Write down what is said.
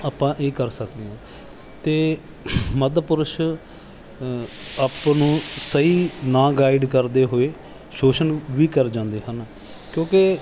ਆਪਾਂ ਇਹ ਕਰ ਸਕਦੇ ਹਾਂ ਅਤੇ ਮੱਧ ਪੁਰਸ਼ ਆਪ ਨੂੰ ਸਹੀ ਨਾ ਗਾਈਡ ਕਰਦੇ ਹੋਏ ਸ਼ੋਸ਼ਣ ਵੀ ਕਰ ਜਾਂਦੇ ਹਨ ਕਿਉਂਕਿ